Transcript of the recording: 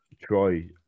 Troy